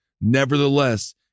Nevertheless